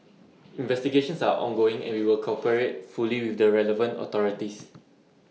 investigations are ongoing and we will cooperate fully with the relevant authorities